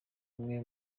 umwe